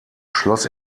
schloss